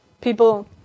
People